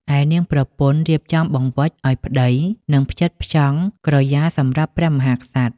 ឯនាងប្រពន្ធរៀបចំបង្វិចឱ្យប្តី និងផ្ចិតផ្ចង់ក្រយាសម្រាប់ព្រះមហាក្សត្រ។